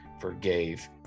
forgave